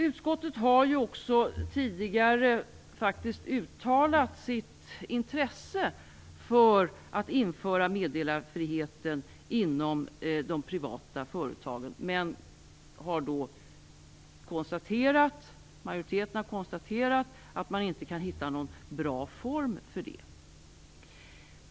Utskottet har ju tidigare uttalat sitt intresse för att meddelarfrihet inom de privata företagen skall införas. Men majoriteten har då konstaterat att man inte kan hitta någon bra form för det.